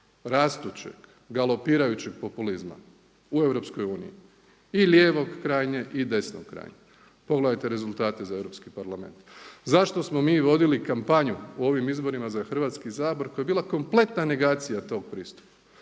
rastućeg, galopirajućeg populizma u EU i lijevog krajnje i desno krajnje. Pogledajte rezultate za Europski parlament, zašto smo mi vodili kampanju u ovim izborima za Hrvatski sabor koja je bila kompletna negacija tom pristupu,